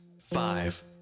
five